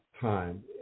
time